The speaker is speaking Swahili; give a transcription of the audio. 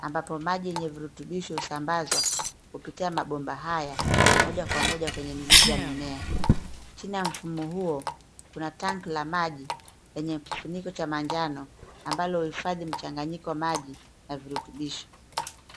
ambapo maji yenye virutubisho husambazwa, kupitia mabomba haya, moja kwa moja kwenye mizizi ya mimea. Chini ya mfumo huo, kuna tank la maji, lenye kifuniko cha manjano, ambalo huhifadhi mchanganyiko wa maji, na virutubisho.